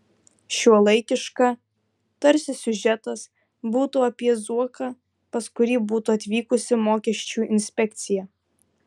šiuolaikiška tarsi siužetas būtų apie zuoką pas kurį būtų atvykusi mokesčių inspekcija